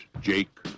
Jake